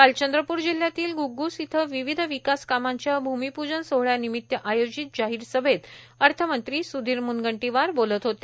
काल चंद्रप्र जिल्हयातील घुग्घूस इथं विविध विकास कामांच्या भूमीपूजन सोहळयानिमित्त आयोजित जाहीर सभेत अर्थमंत्री सुधीर मुनगंटीवार बोलत होते